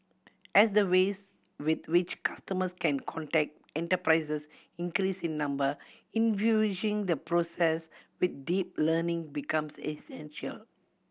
as the ways with which customers can contact enterprises increase in number infusing the process with deep learning becomes essential